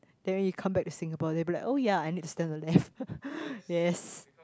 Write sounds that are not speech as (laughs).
then when you come back to Singapore they'll be like oh ya I need to stand on the left (laughs) yes